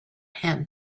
him